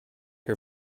her